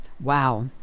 Wow